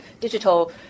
digital